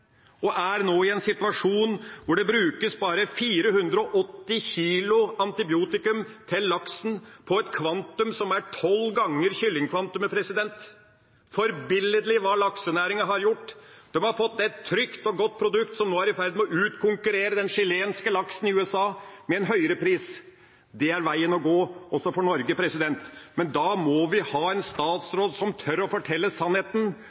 og er nå i en situasjon der det brukes bare 480 kilo antibiotikum til laksen på et kvantum som er tolv ganger kyllingkvantumet. Det er forbilledlig, det laksenæringa har gjort. De har fått et trygt og godt produkt som nå er i ferd med å utkonkurrere den chilenske laksen i USA med en høyere pris. Det er veien å gå også for kyllingnæringa i Norge, men da må vi ha en statsråd som tør å fortelle sannheten,